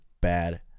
bad